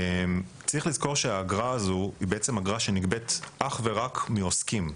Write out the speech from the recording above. צריך לזכור שהאגרה הזו היא בעצם אגרה שנגבית אך ורק מעוסקים.